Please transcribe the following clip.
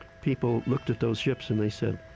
people looked at those ships and they said,